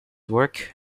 work